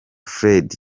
fred